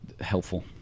helpful